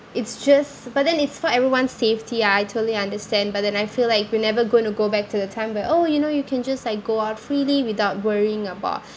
it's just but then it's for everyone's safety I totally understand but then I feel like we're never going to go back to the time where oh you know you can just like go out freely without worrying about